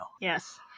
Yes